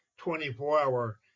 24-hour